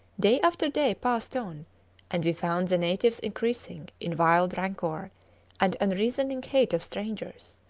day after day passed on and we found the natives increasing in wild rancour and unreasoning hate of strangers.